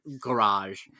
garage